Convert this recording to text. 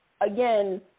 again